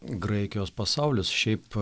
graikijos pasaulis šiaip